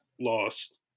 lost